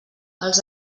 els